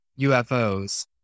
UFOs